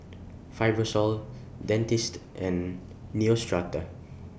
Fibrosol Dentiste and Neostrata